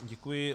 Děkuji.